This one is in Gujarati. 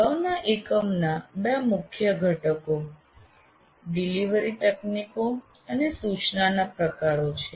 અગાઉના એકમના બે મુખ્ય ઘટકો ડિલિવરી તકનીકો અને સૂચનાના પ્રકારો છે